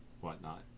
whatnot